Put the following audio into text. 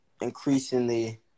increasingly